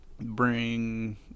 bring